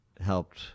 helped